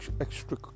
extra